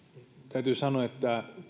täytyy sanoa että